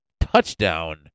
touchdown